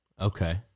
Okay